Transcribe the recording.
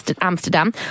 Amsterdam